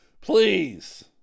Please